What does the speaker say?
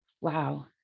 Wow